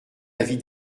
avis